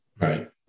Right